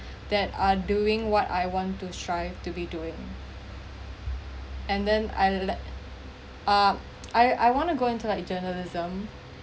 that are doing what I want to try to be doing and then I let ah I I want to go into like journalism